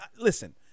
listen